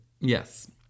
Yes